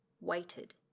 weighted